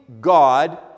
God